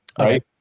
right